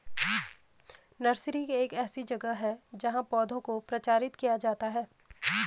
nursery एक ऐसी जगह है जहां पौधों को प्रचारित किया जाता है